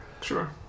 Sure